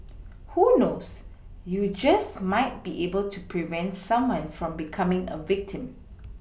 who knows you just might be able to help prevent someone from becoming a victim